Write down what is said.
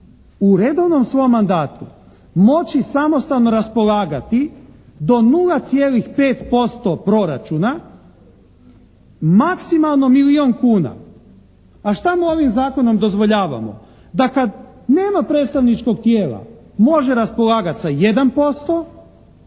u redovnom svom mandatu moći samostalno raspolagati do 0,5% proračuna, maksimalno milijun kuna. A što mu ovim zakonom dozvoljavamo? Da kad nema predstavničkog tijela, može raspolagati sa 1%